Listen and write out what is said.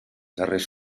darrers